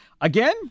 again